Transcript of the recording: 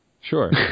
Sure